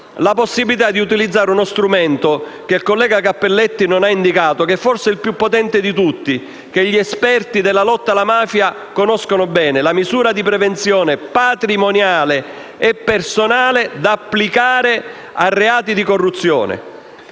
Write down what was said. la possibilità di utilizzare uno strumento, che il collega Cappelletti non ha indicato, che forse è il più potente di tutti e che gli esperti alla lotta alla mafia conoscono bene: la misura di prevenzione patrimoniale e personale da applicare a reati di corruzione.